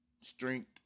Strength